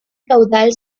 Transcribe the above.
caudal